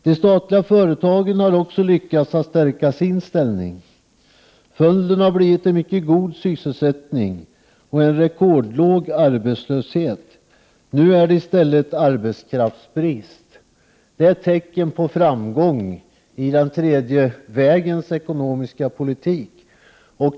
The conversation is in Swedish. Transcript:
De statliga företagen har också lyckats att stärka sin ställning. Följden har blivit en mycket god sysselsättning och en rekordlåg arbetslöshet. Nu är det i stället arbetskraftsbrist. Det är tecken på framgång i den tredje vägens ekonomiska politik.